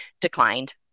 declined